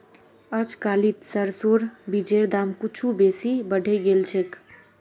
अजकालित सरसोर बीजेर दाम कुछू बेसी बढ़े गेल छेक